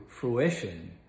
fruition